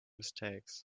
mistakes